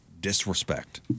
disrespect